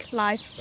life